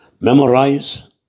memorize